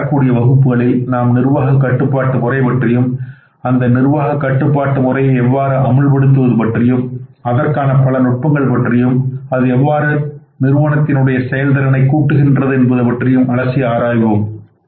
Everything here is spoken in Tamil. அடுத்து வரக்கூடிய வகுப்புகளில் நாம் நிர்வாக கட்டுப்பாட்டு முறை பற்றியும் அந்த நிர்வாக கட்டுப்பாட்டு முறையை எவ்வாறு அமுல்படுத்துவது பற்றியும் அதற்கான பல நுட்பங்களை பற்றியும் அது எவ்வாறு நிறுவனத்தின் செயல் திறனைக் கூட்டுகிறது என்பது பற்றியும் அலசி ஆராய்வோம்